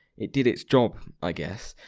it did its job, i guess.